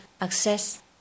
access